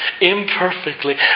imperfectly